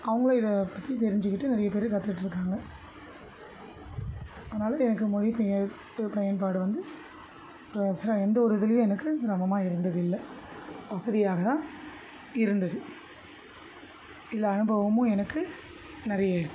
அவங்களும் இதை பற்றி தெரிஞ்சுக்கிட்டு நிறைய பேர் கத்துட்டுருக்காங்க அதனால் எனக்கு மொழிபெயர்ப்பு பயன்பாடு வந்து எந்த ஒரு இதுலேயும் எனக்கு சிரமமாக இருந்தது இல்லை வசதியாக தான் இருந்தது இந்த அனுபவமும் எனக்கு நிறைய இருக்குது